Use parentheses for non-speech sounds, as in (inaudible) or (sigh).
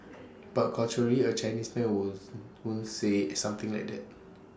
but culturally A Chinese man (unintelligible) wouldn't say something like that